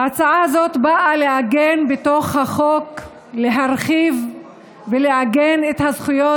ההצעה הזו באה להרחיב ולעגן בחוק את זכויות